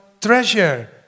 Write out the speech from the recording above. treasure